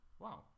Wow